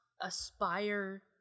aspire